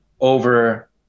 over